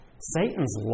Satan's